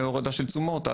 בהורדה של תשומות,